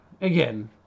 again